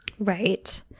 Right